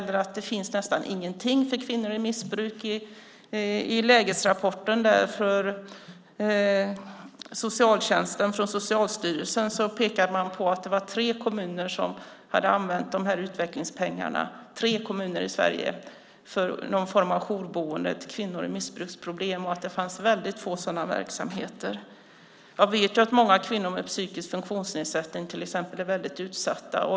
Det finns nästan inget för kvinnor i missbruk. I lägesrapporten om socialtjänsten från Socialstyrelsen pekade man på att det var tre kommuner i Sverige som hade använt utvecklingspengarna till någon form av jourboende för kvinnor med missbruksproblem. Det fanns ytterst få sådana verksamheter. Jag vet att många kvinnor med psykisk funktionsnedsättning är utsatta.